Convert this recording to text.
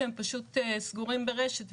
שהם פשוט סגורים ברשת,